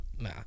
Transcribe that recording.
Nah